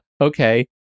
okay